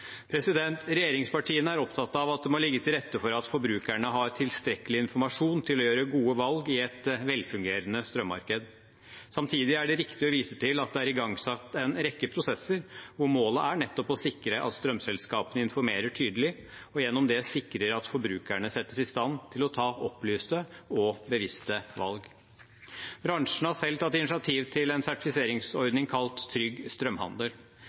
Regjeringspartiene er opptatt av at det må ligge til rette for at forbrukerne har tilstrekkelig informasjon til å gjøre gode valg i et velfungerende strømmarked. Samtidig er det riktig å vise til at det er igangsatt en rekke prosesser, hvor målet nettopp er å sikre at strømselskapene informerer tydelig og gjennom det sikrer at forbrukerne settes i stand til å ta opplyste og bevisste valg. Bransjen har selv tatt initiativ til en sertifiseringsordning kalt Trygg strømhandel.